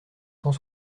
cent